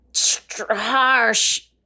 harsh